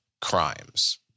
crimes